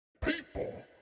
People